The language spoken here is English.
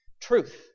truth